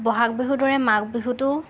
ব'হাগ বিহুৰ দৰে মাঘ বিহুতো